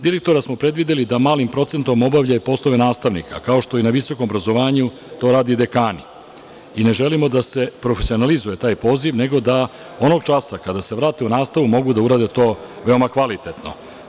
Direktora smo predvideli da malim procentom obavlja poslove nastavnika, kao što i na visokom obrazovanju to rade dekani i ne želimo da se profesionalizuje taj poziv, nego da onog časa kada se vrate u nastavu mogu to da urade veoma kvalitetno.